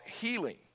healing